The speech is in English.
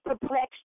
perplexed